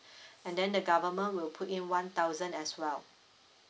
and then the government will put in one thousand as well